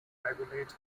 regulates